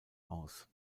aus